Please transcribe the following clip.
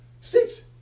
six